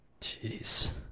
Jeez